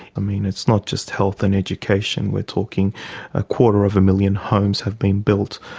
mean, it's not just health and education we're talking a quarter of a million homes have been built.